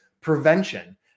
prevention